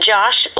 Josh